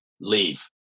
leave